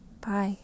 Bye